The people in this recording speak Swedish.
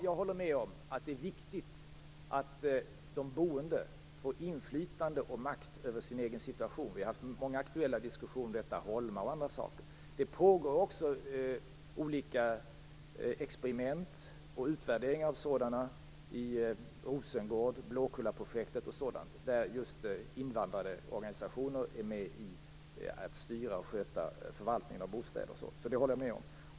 Jag håller med om att det är viktigt att de boende får inflytande och makt över sin egen situation. Vi har haft många aktuella diskussioner. Det pågår också olika experiment, och utvärderingar, i Rosengård, Blåkullaprojektet osv., där invandrarorganisationer är med och styr och sköter förvaltningen av bostäder.